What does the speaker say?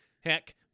Heck